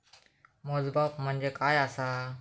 मोजमाप म्हणजे काय असा?